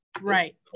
Right